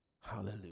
Hallelujah